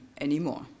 anymore